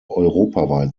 europaweit